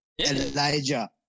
Elijah